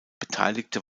beteiligte